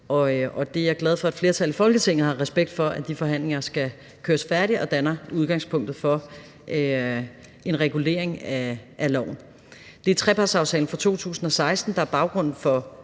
og jeg er glad for, at et flertal i Folketinget har respekt for, at de forhandlinger skal køres færdig og danne udgangspunktet for en regulering af loven. Det er trepartsaftalen fra 2016, der er baggrunden for